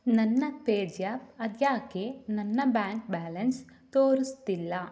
ನನ್ನ ಪೇಜ್ಯಾಪ್ ಅದು ಯಾಕೆ ನನ್ನ ಬ್ಯಾಂಕ್ ಬ್ಯಾಲೆನ್ಸ್ ತೋರಿಸ್ತಿಲ್ಲ